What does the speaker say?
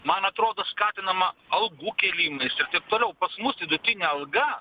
man atrodo skatinama algų kėlimais ir taip toliau pas mus vidutinė alga